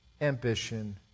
ambition